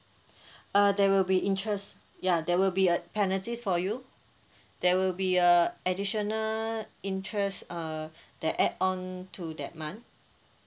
uh there will be interest ya there will be a penalties for you there will be a additional interest uh that add on to that month